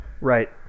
Right